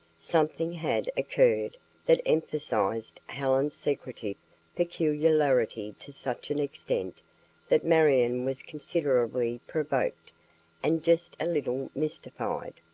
something had occurred that emphasized helen's secretive peculiarity to such an extent that marion was considerably provoked and just a little mystified.